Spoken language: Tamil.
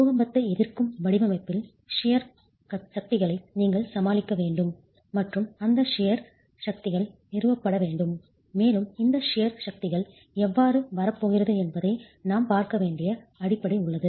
பூகம்பத்தை எதிர்க்கும் வடிவமைப்பில் ஷியர் கத்தரிப்பது சக்திகளை நீங்கள் சமாளிக்க வேண்டும் மற்றும் அந்த ஷியர் கத்தரிப்பது சக்திகள் நிறுவப்பட வேண்டும் மேலும் இந்த ஷியர் கத்தரிப்பது சக்திகள் எவ்வாறு வரப் போகிறது என்பதை நாம் பார்க்க வேண்டிய அடிப்படை உள்ளது